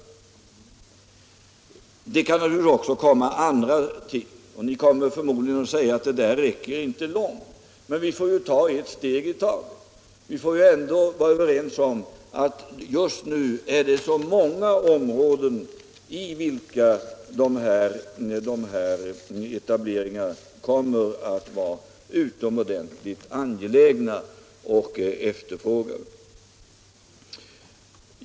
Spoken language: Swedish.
Man invänder förmodligen att det där räcker inte långt. Det gäller emellertid att ta ett steg i taget och vi kan väl ändå vara överens om att dessa etableringar kommer att vara utomordentligt angelägna och efterfrågade inom många områden.